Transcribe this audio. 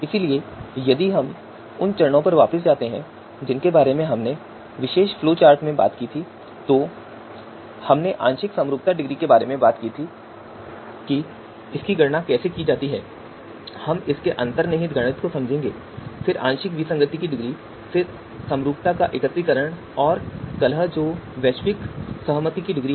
इसलिए यदि हम उन चरणों पर वापस जाते हैं जिनके बारे में हमने विशेष फ़्लोचार्ट में बात की थी तो हमने आंशिक समरूपता डिग्री के बारे में बात की थी कि इसकी गणना कैसे की जाती है हम इसके अंतर्निहित गणित को समझते हैं फिर आंशिक विसंगति की डिग्री फिर समरूपता का एकत्रीकरण और कलह जो वैश्विक सहमति की डिग्री है